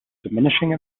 diminishing